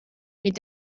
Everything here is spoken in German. mit